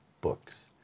books